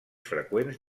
freqüents